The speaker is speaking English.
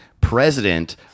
president